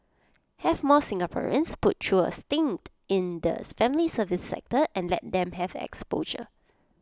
have more Singaporeans put through A stint in the family service sector and let them have exposure